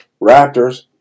Raptors